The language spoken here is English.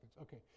okay